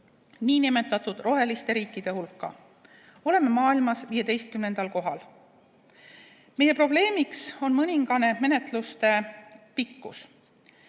nn roheliste riikide hulka. Oleme maailmas 15. kohal. Meie probleemiks on mõningane menetluste pikkus.